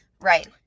Right